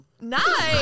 Nice